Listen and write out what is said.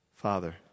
Father